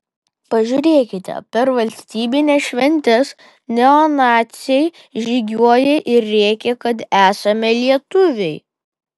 pažiūrėkite per valstybines šventes neonaciai žygiuoja ir rėkia kad esame lietuviai